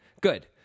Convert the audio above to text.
Good